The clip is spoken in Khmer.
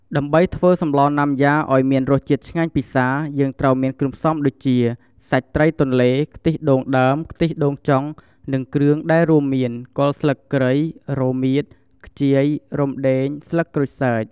ដើម្បីធ្វើសម្លណាំយ៉ាអោយមានរសជាតិឆ្ងាញ់ពិសារ យើងត្រូវមានគ្រឿងផ្សំដូចជា សាច់ត្រីទន្លេ ខ្ទិះដូងដើម ខ្ទិះដូងចុង និងគ្រឿងដែលរួមមាន គល់ស្លឹកគ្រៃ រមៀត ខ្ជាយ រំដេង ស្លឹកក្រូចសើច។